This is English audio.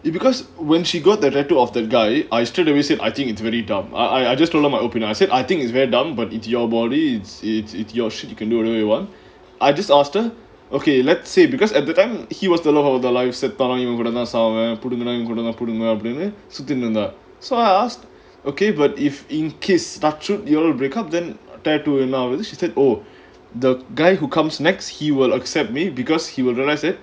because when she got the tattoo of the guy I still really said I think it's really dumb I I just told her that I said I think it's very dumb but it's your body's it it's your shit you can do whatever you want I just asked her okay let's say because at the time he was சேர்த்தாலும் இவன் கூட தான் சாவான் புடுங்குனாலும் இவன் கூட தான் புடுங்குவான் அப்பிடின்னு சுதினு இருந்த:sethaalum ivan kuda thaan saavaan pudungunaalum ivan kuda thaan pudunguvaan apidinu suthinu iruntha so I asked okay but if in case touchwood you all break up then tattoo என்ன ஆவுறது:enna aavurathu she said oh the guy who comes next he will accept me because he will realise that